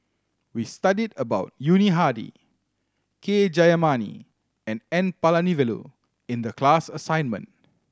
we studied about Yuni Hadi K Jayamani and N Palanivelu in the class assignment